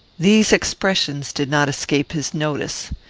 these expressions did not escape his notice.